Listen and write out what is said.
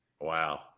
Wow